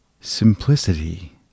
Simplicity